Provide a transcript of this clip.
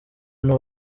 n’u